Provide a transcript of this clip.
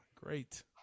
Great